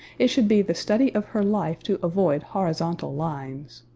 it should be the study of her life to avoid horizontal lines.